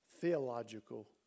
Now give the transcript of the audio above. theological